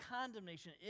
condemnation